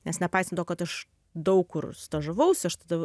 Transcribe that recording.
nes nepaisant to kad aš daug kur stažavausi aš tada